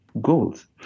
goals